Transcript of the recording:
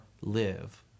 live